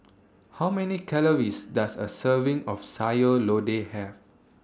How Many Calories Does A Serving of Sayur Lodeh Have